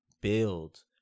build